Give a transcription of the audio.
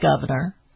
governor